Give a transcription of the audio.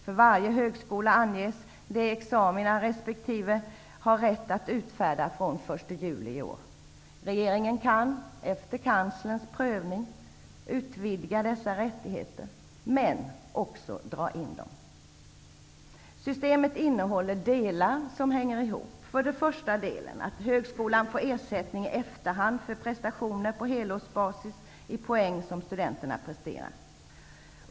För varje högskola anges de examina som de har rätt att utfärda från den 1 juli i år. Regeringen kan efter kanslerns prövning utvidga dessa rättigheter men också dra in dem. Systemet innehåller delar som hänger ihop. Den första delen är att högskolan får ersättning i efterhand för prestationer på helårsbasis i poäng som studenterna presterar.